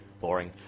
boring